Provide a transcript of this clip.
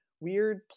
weird